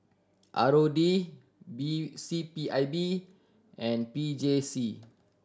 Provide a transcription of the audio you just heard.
R O D B C P I B and P J C